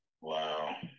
Wow